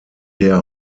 der